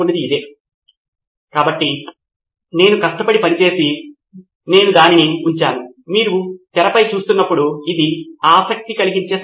సిద్ధార్థ్ మాతురి కాబట్టి పాఠశాల లోపల ఒక అభ్యాస నిర్వహణ వ్యవస్థను కలుపుతారు ఇక్కడ మౌలిక సదుపాయాలు ఈ రకమైన వ్యవస్థను జరిగేలా చేస్తాయి